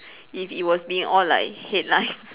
if it was being all like headline